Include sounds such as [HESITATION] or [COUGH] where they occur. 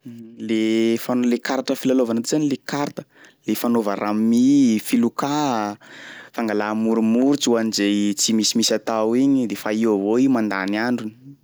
[HESITATION] Le fano- le karatra filalaovana ty zany le karta le fanaova rami, filokà, fangalà moromorotro ho an'zay tsy misimisy atao igny de fa eo avao i mandany androny.